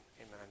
amen